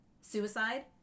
suicide